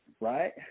right